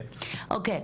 אוקיי.